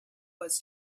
was